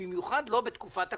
במיוחד בתקופת הקורונה,